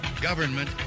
Government